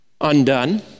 undone